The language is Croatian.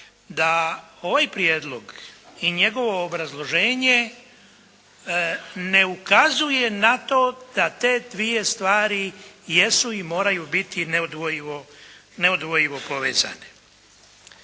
da ovaj prijedlog i njegovo obrazloženje ne ukazuje na to da te dvije stvari jesu i moraju biti neodvojivo povezane.